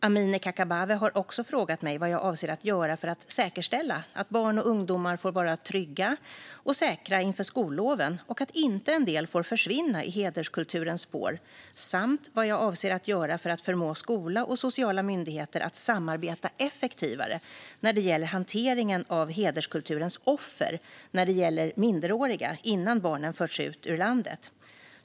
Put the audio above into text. Amineh Kakabaveh har också frågat mig vad jag avser att göra för att säkerställa att barn och ungdomar får vara trygga och säkra inför skolloven och att inte en del får försvinna i hederskulturens spår samt vad jag avser att göra för att förmå skola och sociala myndigheter att samarbeta effektivare när det gäller hanteringen av hederskulturens offer när det gäller minderåriga innan barnen förs ut ur landet.